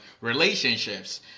relationships